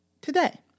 today